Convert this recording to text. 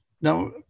Now